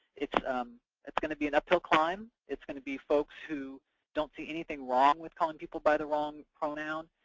it's um it's going to be an uphill climb, it's going to be folks who don't see anything wrong with calling people by the wrong pronoun,